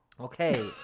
Okay